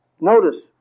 Notice